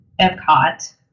Epcot